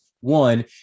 One